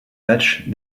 matchs